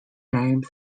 name